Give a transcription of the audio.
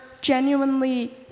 genuinely